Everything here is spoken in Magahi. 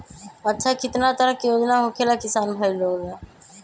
अच्छा कितना तरह के योजना होखेला किसान भाई लोग ला?